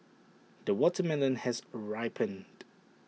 the watermelon has ripened